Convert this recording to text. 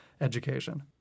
education